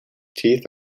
teeth